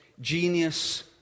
genius